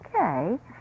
okay